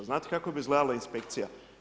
Znate kako bi izgledala inspekcija?